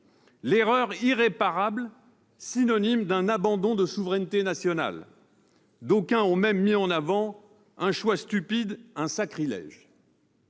l'erreur irréparable », synonyme d'un « abandon de souveraineté nationale »; d'aucuns ont même mis en avant « un choix stupide »,« un sacrilège